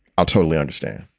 i'll totally understand.